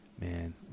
Man